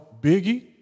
Biggie